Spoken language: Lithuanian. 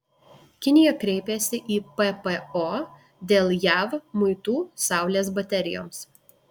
kinija kreipėsi į ppo dėl jav muitų saulės baterijoms